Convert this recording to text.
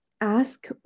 ask